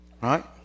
Right